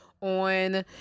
on